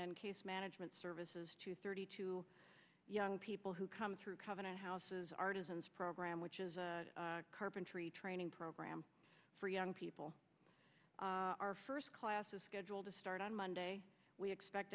and case management services to thirty two young people who come through covenant houses artisans program which is a carpentry training program for young people our first class is scheduled to start on monday we expect